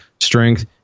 strength